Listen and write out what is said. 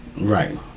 Right